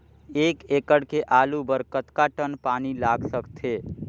एक एकड़ के आलू बर कतका टन पानी लाग सकथे?